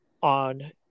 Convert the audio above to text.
on